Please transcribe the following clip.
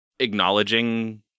acknowledging